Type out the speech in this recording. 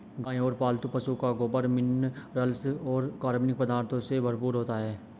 गाय और पालतू पशुओं का गोबर मिनरल्स और कार्बनिक पदार्थों से भरपूर होता है